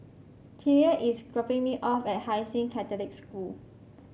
Chimere is dropping me off at Hai Sing Catholic School